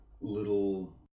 little